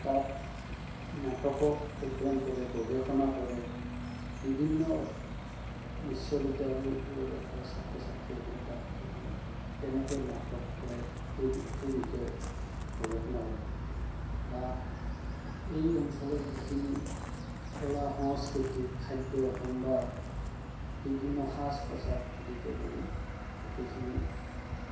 তাত নাটক অধ্যয়ন কৰে গৱেষণা কৰে বিভিন্ন বিশ্ববিদ্যালয়ৰ পৰা ছাত্ৰ ছাত্ৰী আহি পেলাই তাক কেনেকে নাটক কৰে সেই সেই বিষয়ে গৱেষণা কৰে বা এই অঞ্চলৰ যিখিনি কলা সংস্কৃতি খাদ্য সম্ভাৰ বিভিন্ন সাজ পোছাক আদিকে কৰি গোটেইখিনি